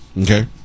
Okay